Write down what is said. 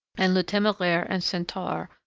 and le temeraire and centaur,